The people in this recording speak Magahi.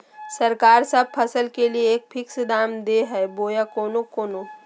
सरकार सब फसल के लिए एक फिक्स दाम दे है बोया कोनो कोनो?